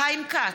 חיים כץ,